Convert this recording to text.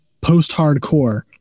post-hardcore